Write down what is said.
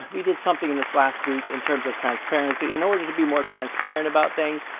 we did something in this last week in terms of transparency in order to be more transparent about things.